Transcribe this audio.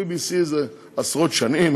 ה-BBC זה עשרות שנים.